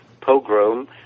pogrom